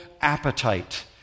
appetite